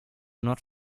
not